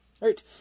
Right